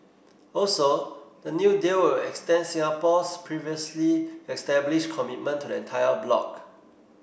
also the new deal will extend Singapore's previously established commitment to the entire bloc